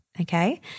okay